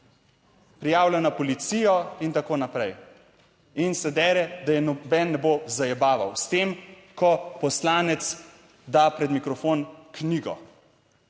Prijavlja na policijo in tako naprej. In se dere, da je noben ne bo "zajebaval", s tem, ko poslanec da pred mikrofon knjigo